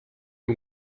you